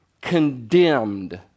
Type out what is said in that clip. condemned